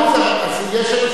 אבל יש אנשים ממפלגתך,